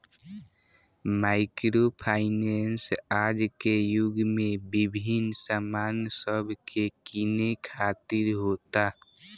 micro finance आज के युग में विभिन्न सामान सब के किने खातिर होता